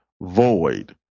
void